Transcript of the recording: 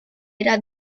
era